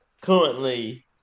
currently